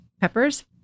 peppers